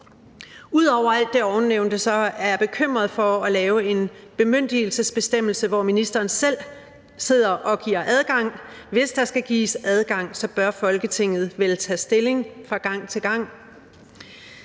Ud over alt det ovennævnte er jeg bekymret over at lave en bemyndigelsesbestemmelse, hvor ministeren selv sidder og giver adgang. Hvis der skal gives adgang, bør Folketinget vel tage stilling fra gang til gang.